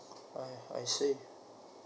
okay I see